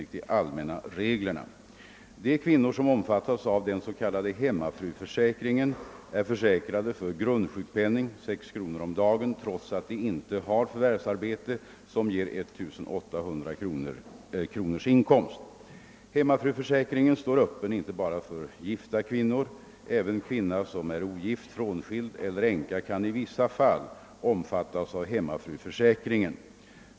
De kvinnor som omfattas av den s.k. hemmafruförsäkringen är försäkrade för grundsjukpenning, 6 kronor om dagen, trots att de inte har förvärvsarbete som ger 1800 kronors inkomst. Hemmafruförsäkringen står öppen inte bara för gifta kvinnor. även kvinna som är ogift, frånskild eller änka kan i vissa fall omfattas av hemmafruförsäkringen.